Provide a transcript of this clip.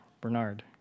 Bernard